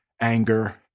anger